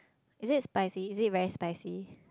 is it spicy is it very spicy